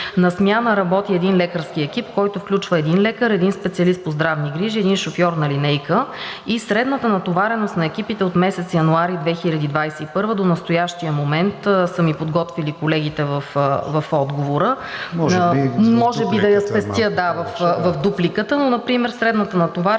На смяна работи един лекарски екип, който включва един лекар, един специалист по здравни грижи и един шофьор на линейка. Средната натовареност на екипите от месец януари 2021 г. до настоящия момент са ми подготвили колегите в отговора, може би да я спестя. ПРЕДСЕДАТЕЛ КРИСТИАН ВИГЕНИН: Може